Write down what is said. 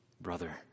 Brother